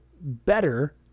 better